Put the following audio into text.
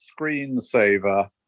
screensaver